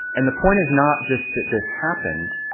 and the point is not just that this happened,